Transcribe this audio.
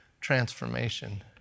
transformation